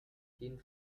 jeden